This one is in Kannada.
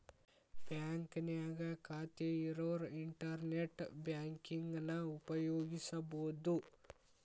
ಬಾಂಕ್ನ್ಯಾಗ ಖಾತೆ ಇರೋರ್ ಇಂಟರ್ನೆಟ್ ಬ್ಯಾಂಕಿಂಗನ ಉಪಯೋಗಿಸಬೋದು